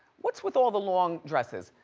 what's with all the long dresses?